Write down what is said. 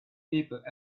people